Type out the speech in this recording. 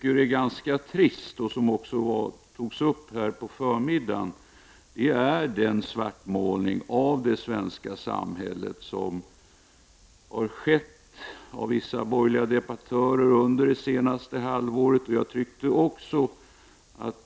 En trist företeelse är den svartmålning av det svenska samhället som har gjorts av vissa borgerliga debattörer under det senaste halvåret.